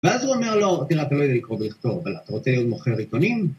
ואז הוא אומר לו, תראה, אתה לא יודע לקרוא ולכתוב, אבל אתה רוצה להיות מוכר עיתונים?